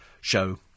show